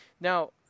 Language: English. Now